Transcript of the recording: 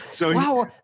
Wow